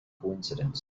coincidence